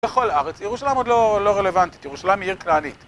בכל הארץ, ירושלים עוד לא רלוונטית, ירושלים היא עיר כנענית